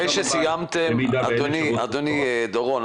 במידה ו --- ד"ר דורון,